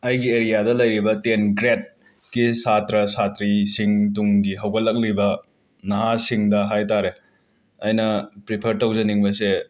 ꯑꯩꯒꯤ ꯑꯦꯔꯤꯌꯥꯗ ꯂꯩꯔꯤꯕ ꯇꯦꯟ ꯒ꯭ꯔꯦꯠꯀꯤ ꯁꯥꯇ꯭ꯔ ꯁꯥꯇ꯭ꯔꯤꯁꯤꯡ ꯇꯨꯡꯒꯤ ꯍꯧꯒꯠꯂꯛꯂꯤꯕ ꯅꯍꯥꯁꯤꯡꯗ ꯍꯥꯏ ꯇꯥꯔꯦ ꯑꯩꯅ ꯄ꯭ꯔꯤꯐꯔ ꯇꯧꯖꯅꯤꯡꯕꯁꯦ